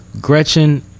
Gretchen